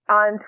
on